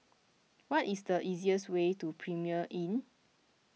what is the easiest way to Premier Inn